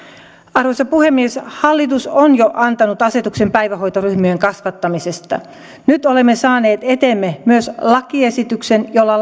arvoisa puhemies hallitus on jo antanut asetuksen päivähoitoryhmien kasvattamisesta nyt olemme saaneet eteemme myös lakiesityksen jolla